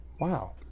Wow